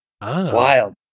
Wild